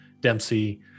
Dempsey